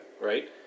Right